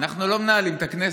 אנחנו לא מנהלים את הכנסת.